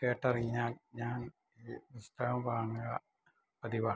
കേട്ടറിഞ്ഞാൽ ഞാൻ ഇത് പുസ്തകം വാങ്ങുക പതിവാണ്